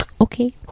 okay